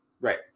right